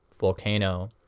Volcano